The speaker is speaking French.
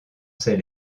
ses